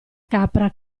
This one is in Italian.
capra